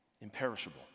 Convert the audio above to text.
Imperishable